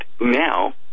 now